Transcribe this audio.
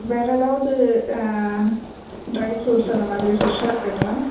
வேறு எதாவது dry fruits அந்தமாதிரி பிரெஷ்ஷாக இருக்குங்களா